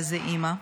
וזה "אימא".